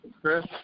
Chris